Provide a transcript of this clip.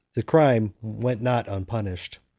the crime went not unpunished.